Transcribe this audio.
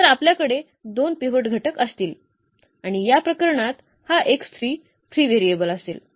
तर आपल्याकडे 2 पिव्होट घटक असतील आणि या प्रकरणात हा फ्री व्हेरिएबल असेल